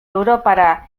europara